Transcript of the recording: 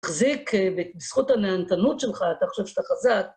תחזיק, ובזכות הנהנתנות שלך, אתה חושב שאתה חזק.